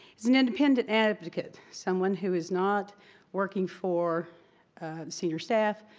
is an independent advocate, someone who is not working for senior staff,